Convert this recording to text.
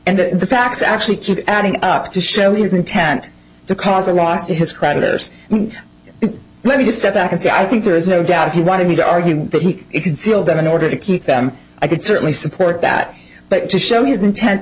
and the facts actually keep adding up to show his intent to cause a loss to his creditors and let me just step back and say i think there is no doubt he wanted me to argue that he concealed them in order to keep them i could certainly support that but to show his intent